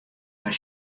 fan